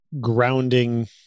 grounding